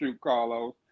Carlos